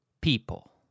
people